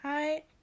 Hi